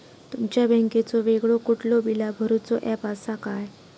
तुमच्या बँकेचो वेगळो कुठलो बिला भरूचो ऍप असा काय?